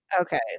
Okay